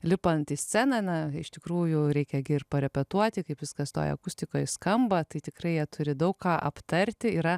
lipant į sceną na iš tikrųjų reikia gi ir parepetuoti kaip viskas toj akustikoj skamba tai tikrai jie turi daug ką aptarti yra